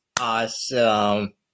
awesome